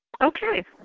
Okay